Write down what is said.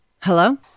Hello